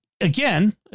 again